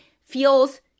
feels